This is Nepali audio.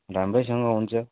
राम्रैसँग हुन्छ